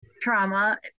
Trauma